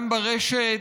גם ברשת,